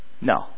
No